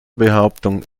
behauptung